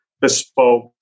bespoke